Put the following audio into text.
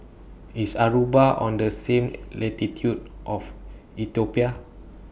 IS Aruba on The same latitude of Ethiopia